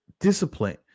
discipline